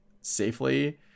safely